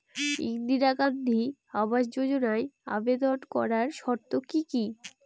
ইন্দিরা গান্ধী আবাস যোজনায় আবেদন করার শর্ত কি কি?